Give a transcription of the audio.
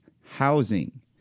housing